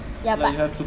ya but